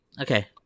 okay